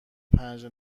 پنج